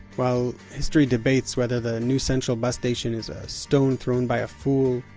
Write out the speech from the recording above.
while history debates whether the new central bus station is a stone thrown by a fool,